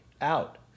out